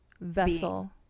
vessel